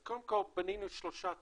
אז קודם כל בנינו שלושה תיקים.